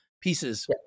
pieces